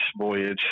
voyage